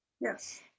yes